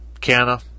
Canna